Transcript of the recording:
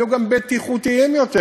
הם יהיו גם בטיחותיים יותר.